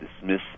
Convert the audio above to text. dismiss